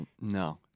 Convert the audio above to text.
No